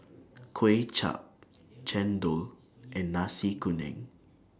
Kway Chap Chendol and Nasi Kuning